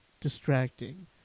distracting